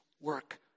work